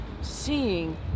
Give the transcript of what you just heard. seeing